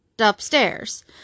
upstairs